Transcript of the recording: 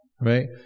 Right